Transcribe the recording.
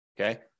Okay